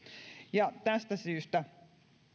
ja tästä syystä